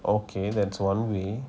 okay that's one way